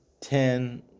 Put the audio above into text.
ten